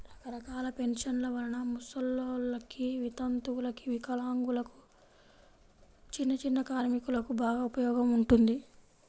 రకరకాల పెన్షన్ల వలన ముసలోల్లకి, వితంతువులకు, వికలాంగులకు, చిన్నచిన్న కార్మికులకు బాగా ఉపయోగం ఉంటుంది